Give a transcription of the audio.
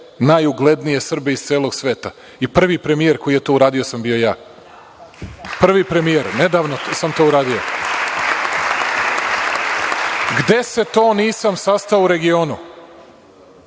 najuglednije Srbije iz celog sveta i prvi premijer koji je to uradio sam bio ja. Prvi premijer. Nedavno sam to uradio. Gde se to nisam sastao u regionu.